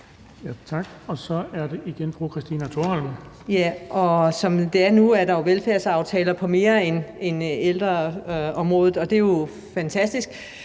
Thorholm. Kl. 15:42 Christina Thorholm (RV): Som det er nu, er der jo velfærdsaftaler på mere end ældreområdet, og det er fantastisk.